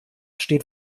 steht